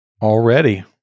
Already